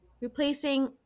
replacing